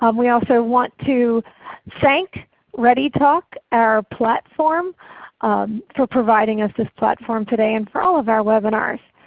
um we also want to thank readytalk our platform for providing us this platform today and for all of our webinars.